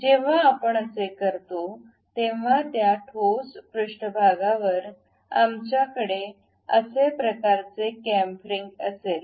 जेव्हा आपण असे करतो तेव्हा त्या ठोस पृष्ठभागावर आमच्याकडे असे प्रकारचे कॅमफ्रिंग असेल